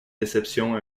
déception